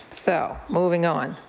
so moving on.